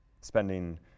spending